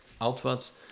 outwards